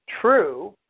true